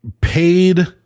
paid